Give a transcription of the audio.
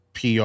PR